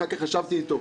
אחר כך ישבתי איתו.